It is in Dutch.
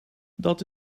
dat